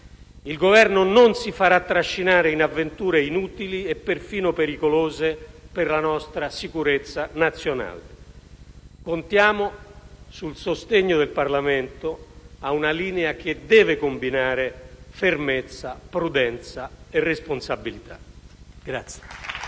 Il Governo non si farà trascinare in avventure inutili e persino pericolose per la nostra sicurezza nazionale. Contiamo sul sostegno del Parlamento ad una linea che deve combinare fermezza, prudenza e responsabilità.